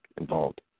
involved